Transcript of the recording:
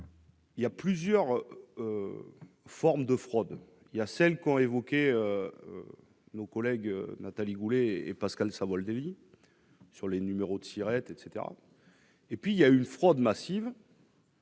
Il y a plusieurs formes de fraudes : celle qu'ont évoquée nos collègues Nathalie Goulet et Pascal Savoldelli sur les numéros Siret, par exemple, et une fraude massive